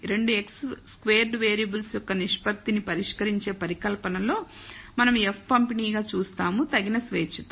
రెండు χ squared variable యొక్క నిష్పత్తిని పరీక్షించే పరికల్పనలో మనం F పంపిణీ గా చూసాము తగిన స్వేచ్ఛతో